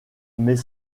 met